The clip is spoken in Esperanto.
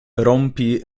rompi